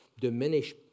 diminish